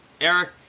Eric